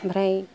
ओमफ्राय